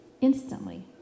instantly